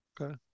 okay